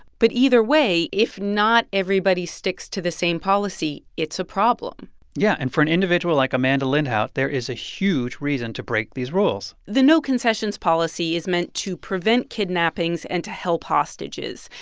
but either way, if not everybody sticks to the same policy, it's a problem yeah. and for an individual like amanda lindhout, out there is a huge reason to break these rules the no-concessions policy is meant to prevent kidnappings and to help hostages.